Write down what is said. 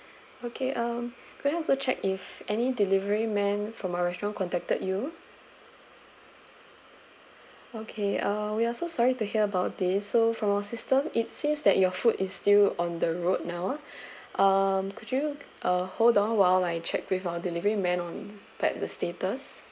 okay um could I also check if any delivery man from our restaurants contacted you okay uh we're so sorry to hear about this so from our system it seems that your food is still on the road now um could you uh hold on while I checked with our delivery men on part of the status